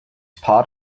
part